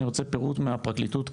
אני רוצה פירוט מהפרקליטות,